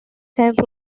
saint